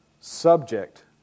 subject